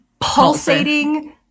pulsating